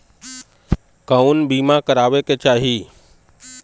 कउन बीमा करावें के चाही?